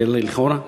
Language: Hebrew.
כי לכאורה,